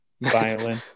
violin